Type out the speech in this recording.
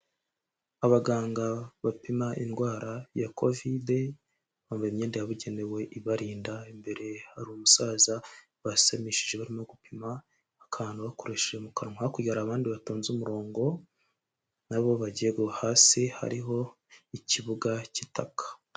Abaganga bapima indwara ya covid, bambaye imyenda yabugenewe ibarinda, imbere hari umusaza basamishije barimo gupima, akantu bakoresheje mu kanwa, hakurya hari abandi batonze umurongo, nabo bagiye gu, hasi hariho ikibuga cy'itaka.